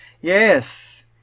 Yes